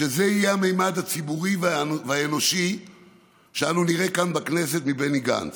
שזה יהיה הממד הציבורי והאנושי שאנו נראה כאן בכנסת מבני גנץ,